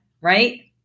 right